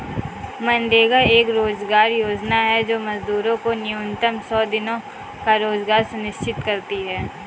मनरेगा एक रोजगार योजना है जो मजदूरों को न्यूनतम सौ दिनों का रोजगार सुनिश्चित करती है